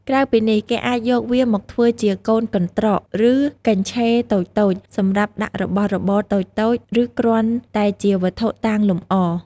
ក្រៅពីនេះគេអាចយកវាមកធ្វើជាកូនកន្ត្រក ឬកញ្ឆេរតូចៗ សម្រាប់ដាក់របស់របរតូចៗ ឬគ្រាន់តែជាវត្ថុតាំងលម្អ។